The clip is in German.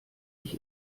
ich